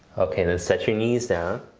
okay, then set your knees down.